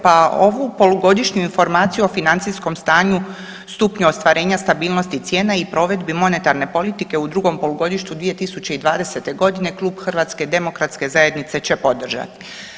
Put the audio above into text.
Pa ovu Polugodišnju informaciju o financijskom stanju, stupnju ostvarenja stabilnosti cijena i provedbi monetarne politike u drugom polugodištu 2020.g klub HDZ-a će podržat.